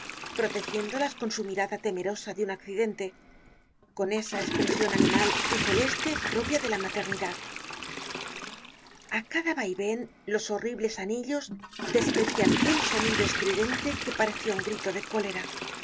con su mirada temerosa de un accidente con esa espresion animal y celeste propia de la maternidad a cada vaiven los horribles anillos despedian un sonido estridente que parecia un grito de cólera las